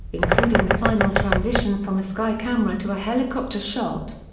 including the final transition from a sky camera to a helicopter shot.